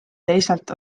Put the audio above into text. teisalt